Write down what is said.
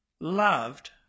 Loved